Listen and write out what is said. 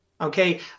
Okay